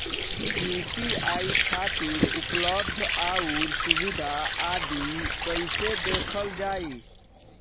UPI खातिर उपलब्ध आउर सुविधा आदि कइसे देखल जाइ?